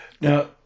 Now